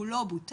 הוא לא בוטל,